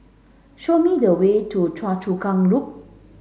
show me the way to Choa Chu Kang Loop